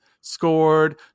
scored